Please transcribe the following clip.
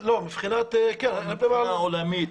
זאת עיר עולמית.